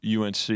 UNC